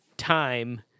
time